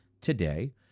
today